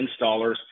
installers